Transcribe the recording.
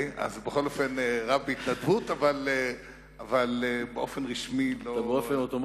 רב בהתנדבות, אבל באופן רשמי לא.